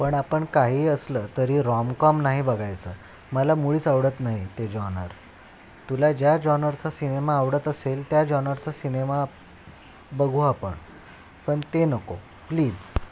पण आपण काहीही असलं तरी रॉमकॉम नाही बघायचं मला मुळीच आवडत नाही ते जॉनर तुला ज्या जॉनरचा सिनेमा आवडत असेल त्या जॉनरचा सिनेमा बघू आपण पण ते नको प्लीज